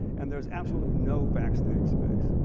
and there's absolutely no backstage space.